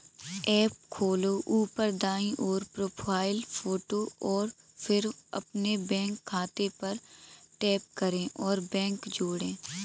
app खोलो, ऊपर दाईं ओर, प्रोफ़ाइल फ़ोटो और फिर अपने बैंक खाते पर टैप करें और बैंक जोड़ें